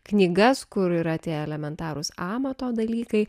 knygas kur yra tie elementarūs amato dalykai